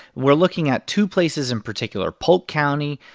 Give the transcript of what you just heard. we're looking at two places in particular polk county,